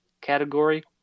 category